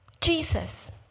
Jesus